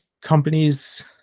companies